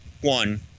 One